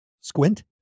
Squint